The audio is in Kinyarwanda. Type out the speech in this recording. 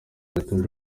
bitujuje